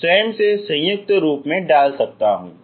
स्वयं से संयुक्त रूप में डाल सकता हूं